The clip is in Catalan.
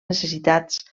necessitats